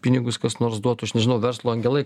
pinigus kas nors duotų aš nežinau verslo angelai